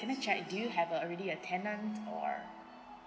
can I check do you have a already a tenant or